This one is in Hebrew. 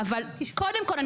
אבל קודם כל,